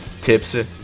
tipsy